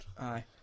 Aye